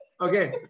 Okay